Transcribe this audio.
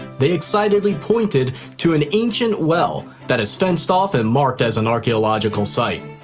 they excitedly pointed to an ancient well that is fenced off and marked as an archeological site.